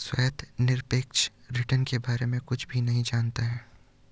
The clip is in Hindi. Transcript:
श्वेता निरपेक्ष रिटर्न के बारे में कुछ भी नहीं जनता है